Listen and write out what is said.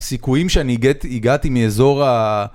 סיכויים שאני הגעתי מאזור ה...